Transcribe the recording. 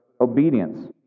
obedience